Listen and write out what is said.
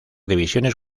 divisiones